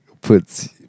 puts